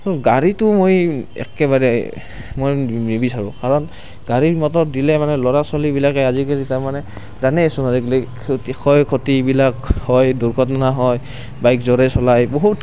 গাড়ীটো মই একেবাৰে মই নিবিচাৰোঁ কাৰণ গাড়ী মটৰ দিলে মানে ল'ৰা ছোৱালীবিলাকে আজিকালি তাৰমানে জানে চলাই থাকিলে ক্ষয় ক্ষতিবিলাক হয় দূৰ্ঘটনা হয় বাইক জোৰে চলায় বহুত